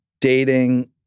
dating